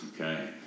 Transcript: Okay